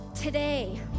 Today